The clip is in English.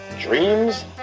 dreams